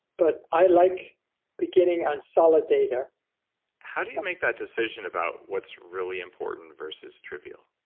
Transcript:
but i like beginning on solid data how do you make that decision about what's really important versus trivial?